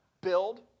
build